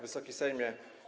Wysoki Sejmie!